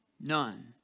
None